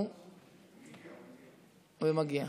בבקשה,